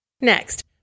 Next